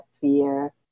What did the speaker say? fear